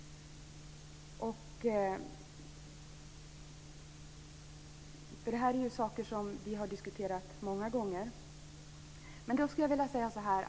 Detta är ju saker som vi har diskuterat många gånger.